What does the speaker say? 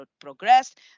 progressed